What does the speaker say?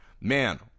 man